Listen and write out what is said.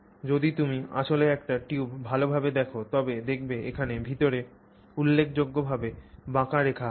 যদি তুমি আসলে একটি টিউব ভাল ভাবে দেখ তবে দেখবে এখানে ভিতরে উল্লেখযোগ্যভাবে বাঁকা রেখা আছে